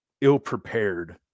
ill-prepared